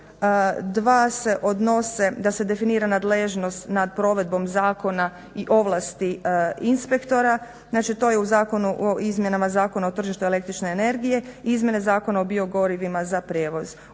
2 se odnose da se definira nadležnost nad provedbom zakona i ovlasti inspektora. Znači to je u Zakonu o izmjenama Zakona o tržištu električne energije, izmjene Zakona o biogorivima za prijevoz.